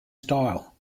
style